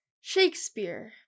Shakespeare